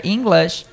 English